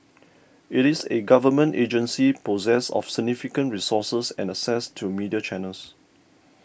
it is a Government agency possessed of significant resources and access to media channels